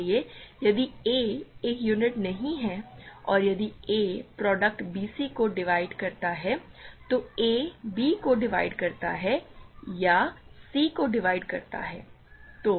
इसलिए यदि a एक यूनिट नहीं है और यदि a प्रोडक्ट bc को डिवाइड करता है तो a b को डिवाइड करता है या c को डिवाइड करता है